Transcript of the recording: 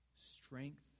Strength